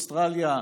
מאוסטרליה,